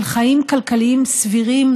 של חיים כלכליים סבירים,